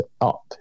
up